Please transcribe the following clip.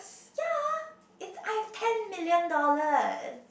ya if I have ten million dollar